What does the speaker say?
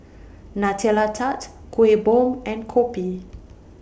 Nutella Tart Kueh Bom and Kopi